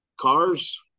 cars